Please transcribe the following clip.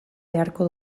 beharko